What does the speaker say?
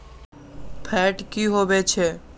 Fat की होवछै?